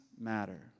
matter